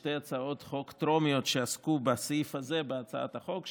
בשתי הצעות חוק טרומיות שעסקו בסעיף הזה בהצעת החוק,